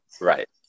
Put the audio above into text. right